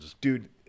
Dude